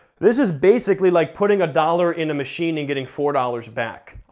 this is basically like putting a dollar in a machine and getting four dollars back.